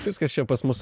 viskas čia pas mus